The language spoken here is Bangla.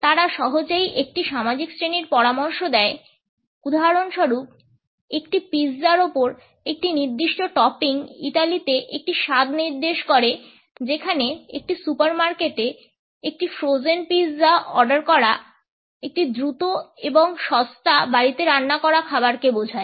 তারা সহজেই একটি সামাজিক শ্রেণীর পরামর্শ দেয় উদাহরণস্বরূপ একটি পিজ্জার উপর একটি নির্দিষ্ট টপিং ইতালিতে একটি স্বাদ নির্দেশ করে যেখানে একটি সুপারমার্কেটে একটি ফ্রোজেন পিজ্জা অর্ডার করা একটি দ্রুত এবং সস্তা বাড়িতে রান্না করা খাবারকে বোঝায়